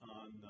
on